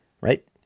Right